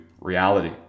reality